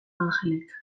angelek